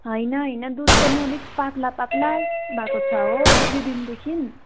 होइन होइन दुध पनि अलिक पत्ला पत्ला भएको छ हो एक दुई दिनदेखि